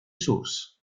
source